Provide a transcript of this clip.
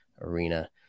arena